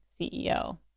CEO